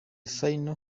final